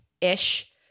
ish